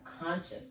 conscious